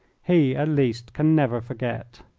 he at least can never forget.